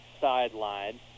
sideline